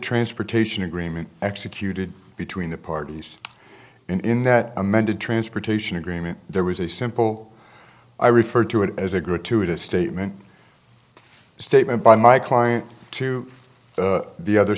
transportation agreement executed between the parties in that amended transportation agreement there was a simple i referred to it as a gratuitous statement a statement by my client to the other